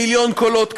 מיליון קולות כאלה,